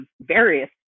various